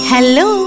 Hello